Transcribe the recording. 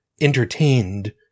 entertained